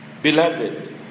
Beloved